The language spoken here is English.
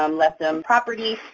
um left them property.